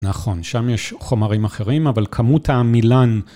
נכון, שם יש חומרים אחרים, אבל כמות העמילן...